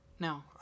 No